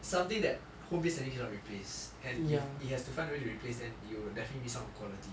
something that home based learning cannot replace and if it has to find a way to replace then you will will definitely miss out on quality